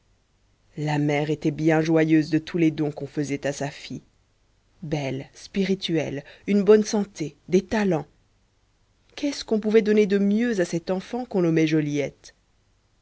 la mère était bien joyeuse de tous les dons qu'on faisait à sa fille belle spirituelle une bonne santé des talents qu'est-ce qu'on pouvait donner de mieux à cet enfant qu'on nommait joliette